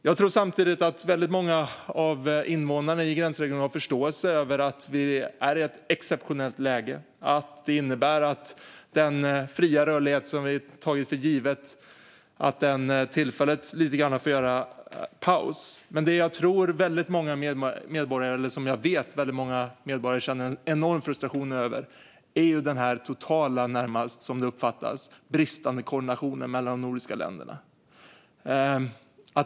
Jag tror samtidigt att väldigt många av invånarna i gränsregionerna har förståelse för att vi är i ett exceptionellt läge som innebär att den fria rörlighet som vi tagit för given tillfälligt får ta paus. Men jag vet att väldigt många medborgare känner en enorm frustration över den närmast totala bristen, som det uppfattas, i koordination mellan de nordiska länderna.